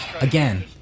again